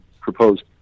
proposed